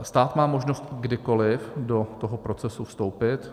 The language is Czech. Stát má možnost kdykoliv do toho procesu vstoupit.